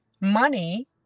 money